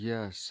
Yes